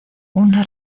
una